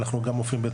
ואנחנו גם --- למומחים.